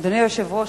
אדוני היושב-ראש,